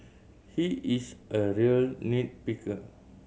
he is a real nit picker